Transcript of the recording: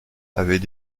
avaient